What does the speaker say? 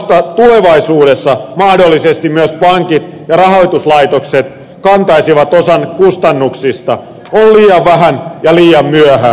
se että vasta tulevaisuudessa mahdollisesti myös pankit ja rahoituslaitokset kantaisivat osan kustannuksista on liian vähän ja liian myöhään